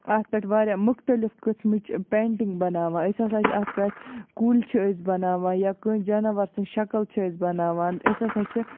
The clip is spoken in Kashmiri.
اَتھ پٮ۪ٹھ واریاہ مُختلِف قٕسمٕچ پینٛٹِنٛگ بناوان أسۍ ہسا چھِ اَتھ پٮ۪ٹھ کُلۍ چھِ أسۍ بَناوان یا کٲنٛسہِ جاناوار سٕنٛز شَکل چھِ أسۍ بَناوان أسۍ ہسا چھِ